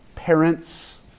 parents